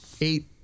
eight